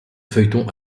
feuilleton